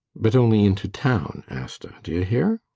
but only in to town, asta. do you hear!